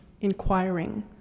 inquiring